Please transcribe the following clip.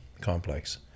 complex